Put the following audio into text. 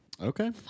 Okay